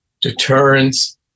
deterrence